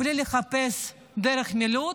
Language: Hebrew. בלי לחפש דרך מילוט.